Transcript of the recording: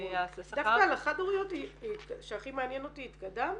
-- דווקא על החד הוריות שהכי מעניין אותי התקדמת.